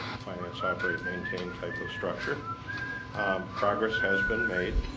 finance operate maintain type of structure progress has been made